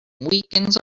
weekends